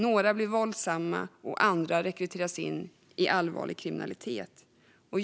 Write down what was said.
Några blir våldsamma, och andra rekryteras in i allvarlig kriminalitet.